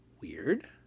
weird